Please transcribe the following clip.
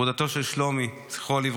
פרודתו של שלומי ז"ל.